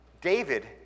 David